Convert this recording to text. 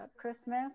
christmas